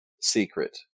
secret